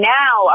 now